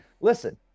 listen